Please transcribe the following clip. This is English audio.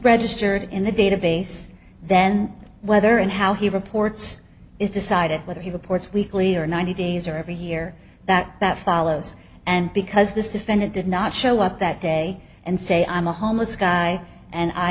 registered in the database then whether and how he reports is decided whether he reports weekly or ninety days or every year that that follows and because this defendant did not show up that day and say i'm a homeless guy and i